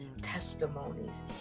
testimonies